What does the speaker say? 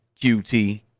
QT